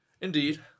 Indeed